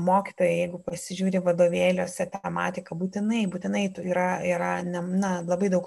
mokytojai jeigu pasižiūri vadovėliuose tematiką būtinai būtinai tų yra yra na labai daug